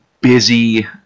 busy